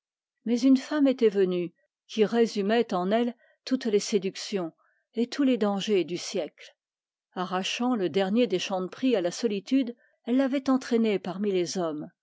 mais une femme était venue qui résumait en elle toutes les séductions du siècle arrachant le dernier des chanteprie à la solitude elle l'avait entraîné parmi les hommes